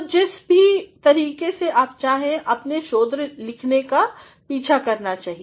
तो जिस भी तरीके से आप चाहे आपको अपनी शोध लेखन का पीछा करना चाहिए